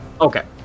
Okay